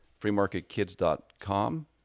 freemarketkids.com